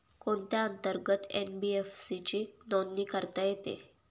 कोणत्या अंतर्गत एन.बी.एफ.सी ची नोंदणी करण्यात येते?